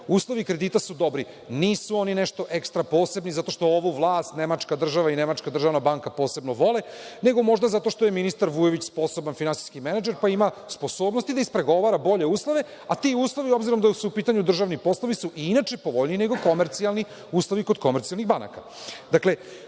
Uslovi kredita su dobri. Nisu oni nešto ekstra posebni zato što ovu vlast nemačka država i Nemačka državna banka posebno vole, nego možda zato što je ministar Vujović sposoban finansijski menadžer, pa ima sposobnosti da ispregovara bolje uslove, a ti uslovi su, obzirom da su u pitanju državni poslovi, inače povoljniji nego komercijalni uslovi kod komercijalnih banaka. Dakle,